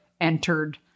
entered